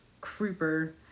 creeper